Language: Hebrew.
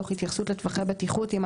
תוך התייחסות לטווחי בטיחות (MOS),